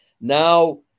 now